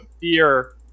fear